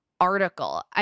Article